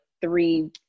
three